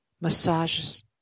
Massages